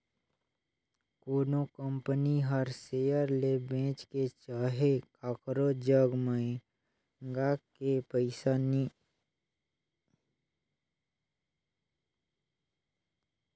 कोनो कंपनी हर सेयर ल बेंच के चहे काकरो जग मांएग के पइसा नी जुगाड़ के चाहे त ओला बेंक ले लोन लेना परथें